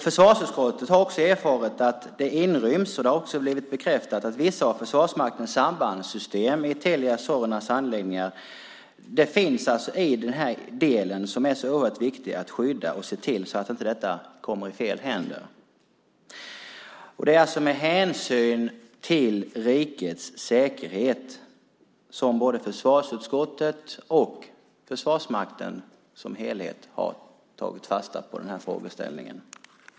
Försvarsutskottet har erfarit att vissa av Försvarsmaktens sambandssystem inryms i Telia Soneras anläggningar. De ingår alltså i den del som är så oerhört viktig att skydda så att det inte kommer i fel händer. Men hänsyn till rikets säkerhet har både försvarsutskottet och Försvarsmakten som helhet tagit fasta på den här frågeställningen.